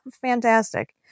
fantastic